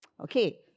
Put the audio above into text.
Okay